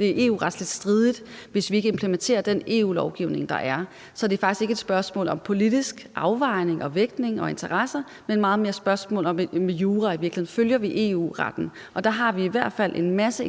EU-retsstridigt, hvis vi ikke implementerer den EU-lovgivning, der er. Så det er faktisk ikke et spørgsmål om politisk afvejning, vægtning og interesser, men meget mere et spørgsmål om juraen, og om vi følger EU-retten. Der har vi i hvert fald en masse eksperters